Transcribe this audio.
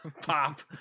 pop